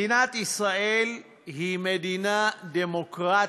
מדינת ישראל היא מדינה דמוקרטית,